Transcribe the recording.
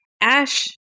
Ash